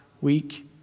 week